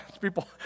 people